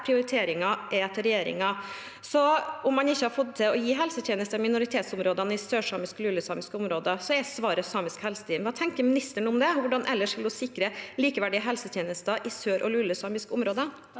prioriteringen til regjeringen. Om man ikke har fått til å gi helsetjenester i minoritetsområdene, i de sørsamiske og lulesamiske områdene, er svaret samisk helseteam. Hva tenker ministeren om det? Hvordan vil hun ellers sikre likeverdige helsetjenester i sør- og lulesamiske områder?